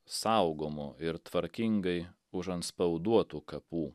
saugomų ir tvarkingai užantspauduotų kapų